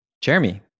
Jeremy